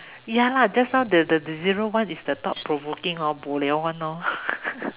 ya lah just now the the the zero one is the thought provoking hor bo liao one lor